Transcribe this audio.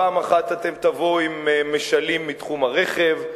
פעם אחת אתם תבואו עם משלים מתחום הרכב,